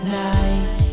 night